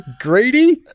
Greedy